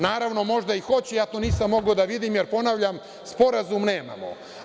Naravno, možda i hoće, ja to nisam mogao da vidim, jer ponavljam, sporazum nemamo.